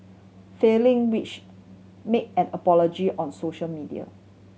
failing which make an apology on social media